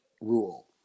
rule